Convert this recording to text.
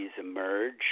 emerge